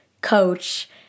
coach